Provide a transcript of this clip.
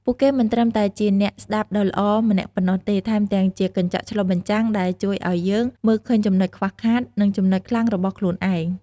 ពួកគេមិនត្រឹមតែជាអ្នកស្តាប់ដ៏ល្អម្នាក់ប៉ុណ្ណោះទេ ថែមទាំងជា កញ្ចក់ឆ្លុះបញ្ចាំង ដែលជួយឲ្យយើងមើលឃើញចំណុចខ្វះខាត និងចំណុចខ្លាំងរបស់ខ្លួនឯង។